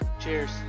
Cheers